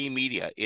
media